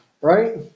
right